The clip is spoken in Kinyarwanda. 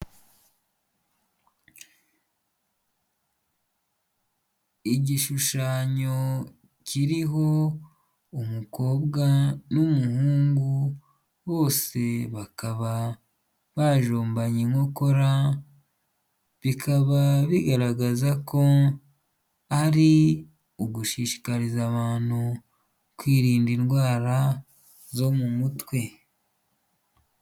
Igishushanyo kiriho umukobwa n'umuhungu bose bakaba bajombanye inkokora bikaba bigaragaza ko ari ugushishikariza abantu kwirinda indwara zo mu mutwe.